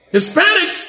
Hispanic